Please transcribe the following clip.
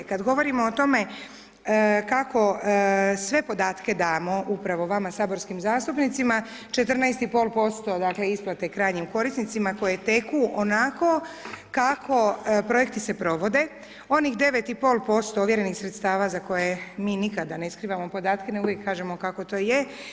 Kad govorimo o tome kako sve podatke damo upravo vama saborskim zastupnicima 14,5%, dakle, isplate krajnjim korisnicima koje teku onako kako projekti se provode, onih 9,5% ovjerenih sredstava za koje mi nikada ne skrivamo podatke, nego uvijek kažemo kako to je.